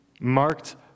marked